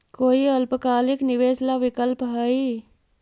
कोई अल्पकालिक निवेश ला विकल्प हई?